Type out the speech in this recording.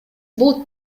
бул